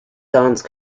dance